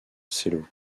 selo